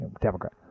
Democrat